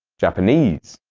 japanese.